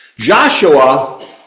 Joshua